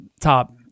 top